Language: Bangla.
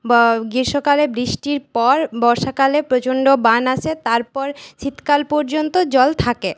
বা গ্রীষ্মকালে বৃষ্টির পর বর্ষাকালে প্রচণ্ড বান আসে তারপর শীতকাল পর্যন্ত জল থাকে